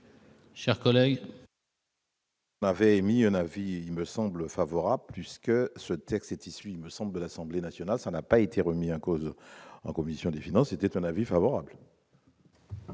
Chers collègues. Il avait émis un avis me semble favorable puisque ce texte issu, il me semble, l'Assemblée nationale, ça n'a pas été remis en cause en commission des finances était un avis favorable.